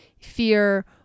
fear